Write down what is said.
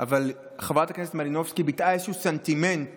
אבל חברת הכנסת מלינובסקי ביטאה איזשהו סנטימנט